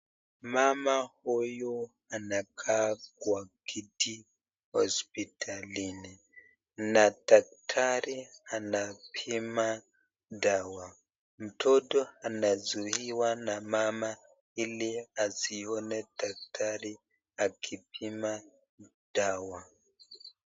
Mama huyu anakaa kwa kiti hospitalini na daktari anapima dawa. Mtoto anazuiwa na mama ili hasione daktari akipima dawa.